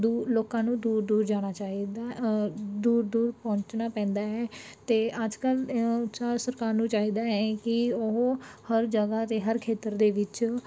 ਦੂ ਲੋਕਾਂ ਨੂੰ ਦੂਰ ਦੂਰ ਜਾਣਾ ਚਾਹੀਦਾ ਦੂਰ ਦੂਰ ਪਹੁੰਚਣਾ ਪੈਂਦਾ ਹੈ ਅਤੇ ਅੱਜ ਕੱਲ੍ਹ ਪੰਜਾਬ ਸਰਕਾਰ ਨੂੰ ਚਾਹੀਦਾ ਹੈ ਕਿ ਉਹ ਹਰ ਜਗ੍ਹਾ 'ਤੇ ਹਰ ਖੇਤਰ ਦੇ ਵਿੱਚ